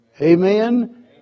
Amen